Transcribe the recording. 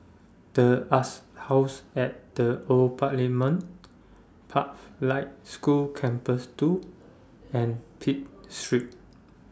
The Arts House At The Old Parliament Pathlight School Campus two and Pitt Street